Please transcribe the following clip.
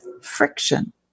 friction